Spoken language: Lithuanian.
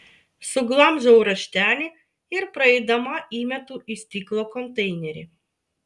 suglamžau raštelį ir praeidama įmetu į stiklo konteinerį